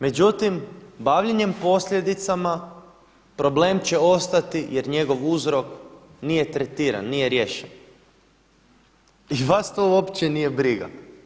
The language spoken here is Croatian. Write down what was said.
Međutim, bavljenjem posljedicama problem će ostati jer njegov uzrok nije tretiran, nije riješen i vas to uopće nije briga.